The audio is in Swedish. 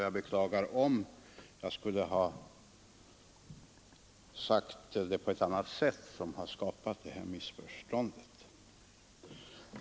Jag beklagar om jag har uttryckt mig på ett utvecklingssätt som har skapat detta missförstånd.